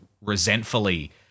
resentfully